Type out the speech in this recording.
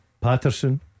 Patterson